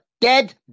dead